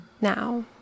now